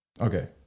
okay